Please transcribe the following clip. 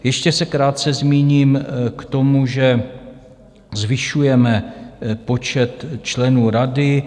Ještě se krátce zmíním k tomu, že zvyšujeme počet členů rady.